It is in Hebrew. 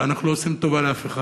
אנחנו לא עושים טובה לאף אחד.